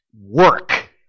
work